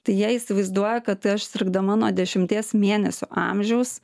tai jie įsivaizduoja kad aš sirgdama nuo dešimties mėnesių amžiaus